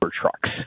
trucks